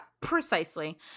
Precisely